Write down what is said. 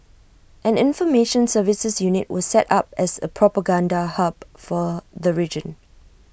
an information services unit was set up as A propaganda hub for the region